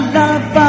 love